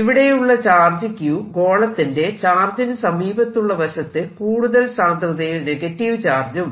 ഇവിടെയുള്ള charge Q ഗോളത്തിന്റെ ചാർജിനു സമീപത്തുള്ള വശത്ത് കൂടുതൽ സാന്ദ്രതയിൽ നെഗറ്റീവ് ചാർജും